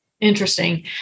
Interesting